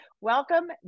Welcome